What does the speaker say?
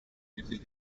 music